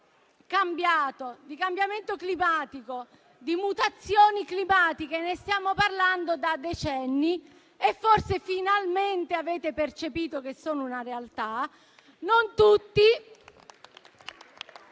estremo, di cambiamento climatico e di mutazioni climatiche stiamo parlando da decenni. Forse finalmente avete percepito che sono una realtà.